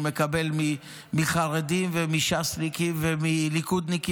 מקבל מחרדים ומש"סניקים וליכודניקים,